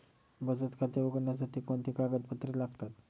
बचत खाते उघडण्यासाठी कोणती कागदपत्रे लागतात?